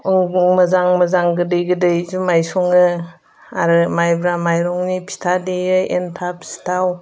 अबं मोजां मोजां गोदै गोदै जुमाइ सङो आरो माइब्रा माइरंनि फिथा देयो एन्थाब सिथाव